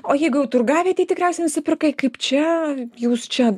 o jeigu jau turgavietėj tikriausiai nusipirkai kaip čia jūs čia